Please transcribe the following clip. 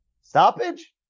Stoppage